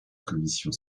commission